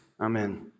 Amen